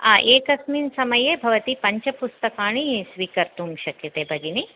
हा एकस्मिन् समये भवती पञ्चपुस्तकाणि स्वीकर्तुं शक्यते भगिनि